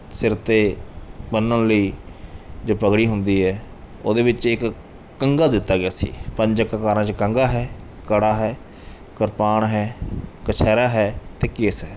ਸਿਰ 'ਤੇ ਬੰਨ੍ਹਣ ਲਈ ਜੋ ਪਗੜੀ ਹੁੰਦੀ ਹੈ ਉਹਦੇ ਵਿੱਚ ਇੱਕ ਕੰਘਾ ਦਿੱਤਾ ਗਿਆ ਸੀ ਪੰਜ ਕਕਾਰਾਂ 'ਚ ਕੰਘਾ ਹੈ ਕੜਾ ਹੈ ਕਿਰਪਾਨ ਹੈ ਕਛਹਿਰਾ ਹੈ ਅਤੇ ਕੇਸ ਹੈ